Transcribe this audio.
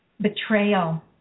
betrayal